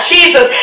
Jesus